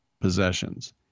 possessions